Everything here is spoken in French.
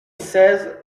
seize